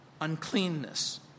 Uncleanness